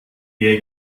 der